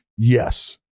yes